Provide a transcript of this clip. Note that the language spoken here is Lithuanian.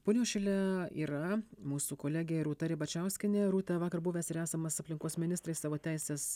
punios šile yra mūsų kolegė rūta ribačiauskienė rūta vakar buvęs ir esamas aplinkos ministrai savo teises